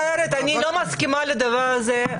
לא מסכימה לדבר הזה.